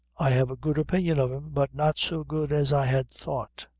i have a good opinion of him, but not so good as i had thought.